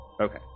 Okay